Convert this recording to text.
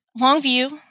Longview